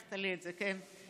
לקחת לי את זה, כן.